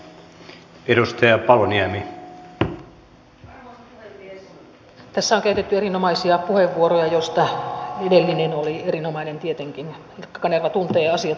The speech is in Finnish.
tässä on käytetty erinomaisia puheenvuoroja joista edellinen oli erinomainen tietenkin ilkka kanerva tuntee asiat todella hyvin